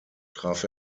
traf